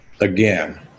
again